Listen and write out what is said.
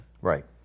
Right